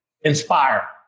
inspire